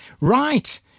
Right